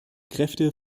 kräfte